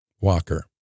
Walker